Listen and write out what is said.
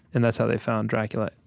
and that's how they found dracula.